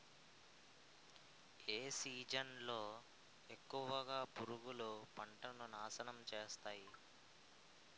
ఏ season లో ఎక్కువుగా పురుగులు పంటను నాశనం చేస్తాయి?